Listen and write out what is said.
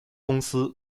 公司